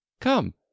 come